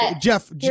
Jeff